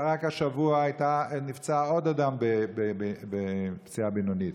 רק השבוע נפצע עוד אדם פציעה בינונית,